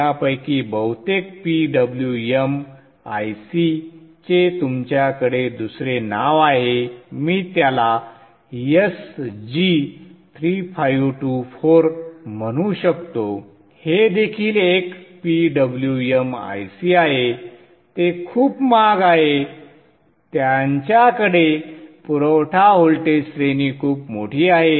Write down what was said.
यापैकी बहुतेक PWM IC चे तुमच्याकडे दुसरे नाव आहे मी त्याला SG 3524 म्हणू शकतो हे देखील एक PWM IC आहे ते खूप महाग आहे त्यांच्याकडे पुरवठा व्होल्टेज श्रेणी खूप मोठी आहे